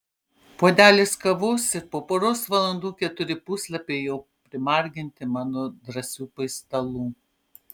puodelis kavos ir po poros valandų keturi puslapiai jau primarginti mano drąsių paistalų